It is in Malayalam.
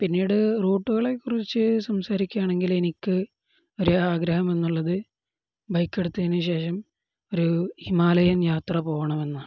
പിന്നീട് റൂട്ടുകളെക്കുറിച്ച് സംസാരിക്കുകയാണെങ്കിൽ എനിക്ക് ഒരാഗ്രഹമെന്നുള്ളത് ബൈക്കെടുത്തതിിനു ശേഷം ഒരു ഹിമാലയൻ യാത്ര പോകണമെന്നാണ്